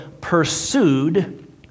pursued